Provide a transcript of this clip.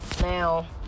Now